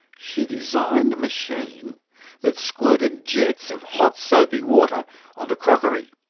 she designed a machine that squirted jets of hot soapy water onto crockery.